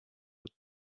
would